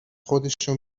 خودشو